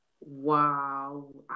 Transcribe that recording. Wow